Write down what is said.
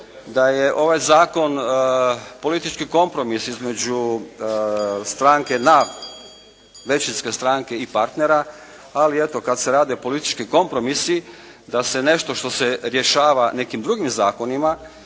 da je ovaj zakon politički kompromis između većinske stranke i partnera, ali eto kad se radi politički kompromisi da se nešto što se rješava nekim drugim zakonima